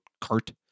cart